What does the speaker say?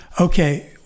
Okay